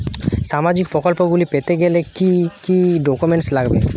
সামাজিক প্রকল্পগুলি পেতে গেলে কি কি ডকুমেন্টস লাগবে?